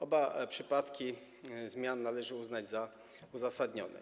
Oba przypadki zmian należy uznać za uzasadnione.